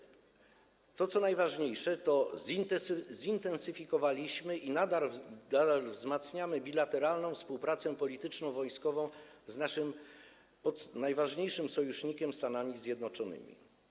I to, co najważniejsze - zintensyfikowaliśmy i nadal wzmacniamy bilateralną współpracę polityczno-wojskową z naszym najważniejszym sojusznikiem, Stanami Zjednoczonymi.